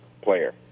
player